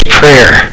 prayer